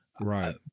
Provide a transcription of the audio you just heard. Right